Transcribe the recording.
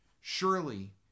Surely